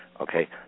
Okay